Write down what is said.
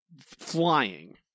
flying